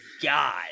God